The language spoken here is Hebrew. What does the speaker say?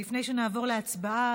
לפני שנעבור להצבעה,